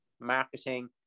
marketing